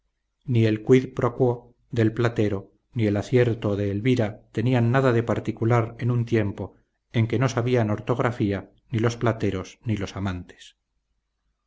ni el quid pro quo del platero ni el acierto de elvira tenían nada de particular en un tiempo en que no sabían ortografía ni los plateros ni los amantes